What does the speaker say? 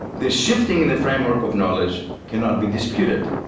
this shifting in the framework of knowledge cannot be disputed.